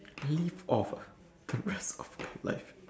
live off ah the rest of my life